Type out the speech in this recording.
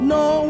no